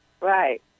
Right